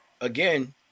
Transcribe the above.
again